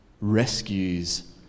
rescues